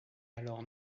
alors